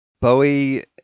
Bowie